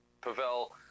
Pavel